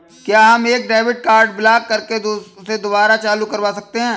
क्या हम एक डेबिट कार्ड ब्लॉक करके उसे दुबारा चालू करवा सकते हैं?